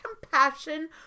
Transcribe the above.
compassion